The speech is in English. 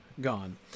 gone